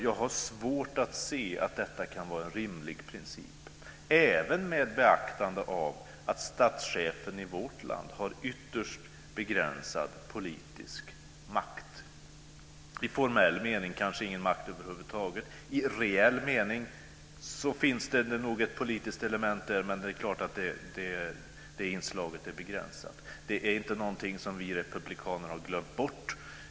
Jag har svårt att se att detta kan vara en rimlig princip, även med beaktande av att statschefen i vårt land har ytterst begränsad politisk makt - i formell mening kanske ingen makt över huvud taget. I reell mening finns det inte något politiskt element där - det är klart att det inslaget är begränsat. Detta är inte något som vi republikaner har glömt bort.